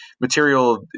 material